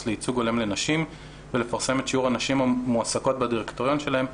לייצוג הולם לנשים ולפרסם את שיעור הנשים המועסקות בדירקטוריון שלהן,